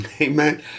Amen